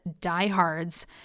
diehards